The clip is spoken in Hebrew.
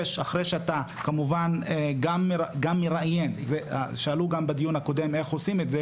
אתה מראיין ובדיון הקודם שאלו איך עושים את זה